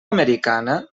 americana